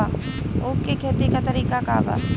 उख के खेती का तरीका का बा?